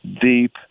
deep